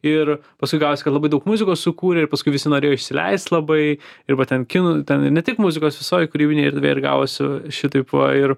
ir paskui gavosi kad labai daug muzikos sukūrė ir paskui visi norėjo išsileist labai ir va ten kinų ten ir ne tik muzikos visoj kūrybinėj erdvėj ir gavosi šitaip va ir